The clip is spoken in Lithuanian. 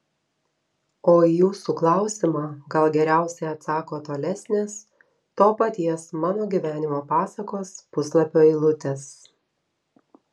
o į jūsų klausimą gal geriausiai atsako tolesnės to paties mano gyvenimo pasakos puslapio eilutės